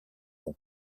bon